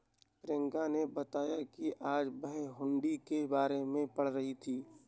प्रियंका ने बताया कि आज वह हुंडी के बारे में पढ़ी थी